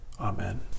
Amen